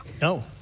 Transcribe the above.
No